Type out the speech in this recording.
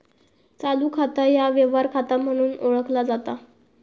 चालू खाता ह्या व्यवहार खाता म्हणून ओळखला जाता